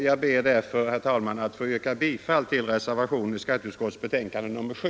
Jag ber därför, herr talman, att få yrka bifall till reservationen i skatteutskottets betänkande nr 7.